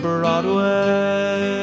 Broadway